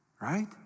right